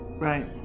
Right